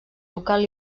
tocant